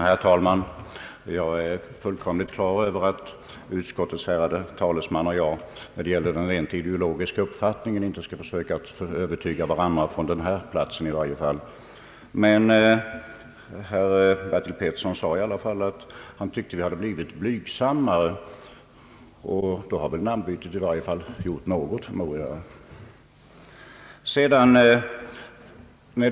Herr talman! Jag är fullkomligt på det klara med att utskottets ärade talesman och jag när det gäller den rent ideologiska uppfattningen inte skall försöka övertyga varandra, i varje fall inte här. Herr Petersson ansåg i alla fall att vi hade blivit blygsammare, och då har väl namnbytet gjort något, förmodar jag.